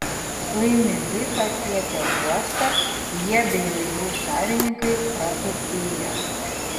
laimingai pasiekę uostą jie bei laivų savininkai praturtėjo